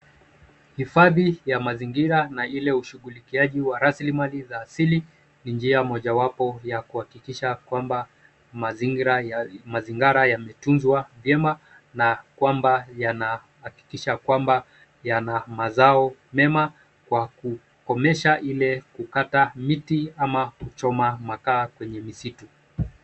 Hifadhi ya mazingira na ile ya ushughulikiaji wa rasilimali ya asili ni njia mojawapo ya kuhakikisha kwamba mazingira yametunzwa vyema na kwamba yana mazao mema kwa kukomesha ile kukata miti ama kuchoma makaa kwenye misitu.